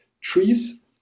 trees